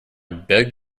beg